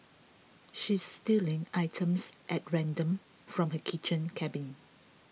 she's stealing items at random from her kitchen cabinet